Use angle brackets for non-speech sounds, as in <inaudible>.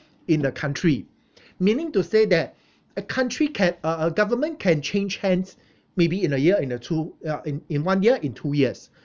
in the country <breath> meaning to say that a country can uh a government can change hands <breath> maybe in a year in the two uh in in one year in two years